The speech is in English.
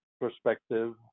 perspective